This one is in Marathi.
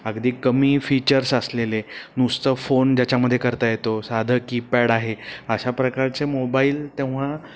अगदी कमी फीचर्स असलेले नुसतं फोन ज्याच्यामध्ये करता येतो साधं कीपॅड आहे अशा प्रकारचे मोबाईल तेव्हा